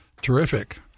terrific